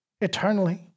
eternally